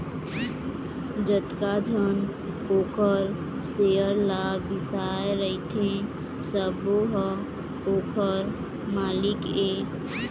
जतका झन ओखर सेयर ल बिसाए रहिथे सबो ह ओखर मालिक ये